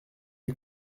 est